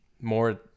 more